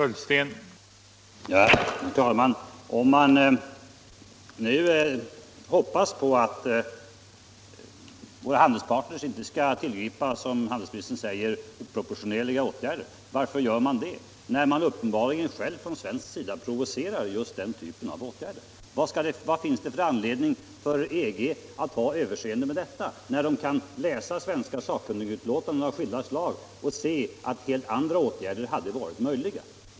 Herr talman! Varför hoppas man att våra handelspartner inte skall tillgripa, som handelsministern säger, oproportionerliga åtgärder, när man uppenbarligen själv från svensk sida provocerar just den typen av åtgärder? Vad finns det för anledning för EG att ha överseende med detta när man kan läsa svenska sakkunnigutlåtanden av skilda slag om att helt andra åtgärder hade varit möjliga?